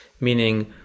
Meaning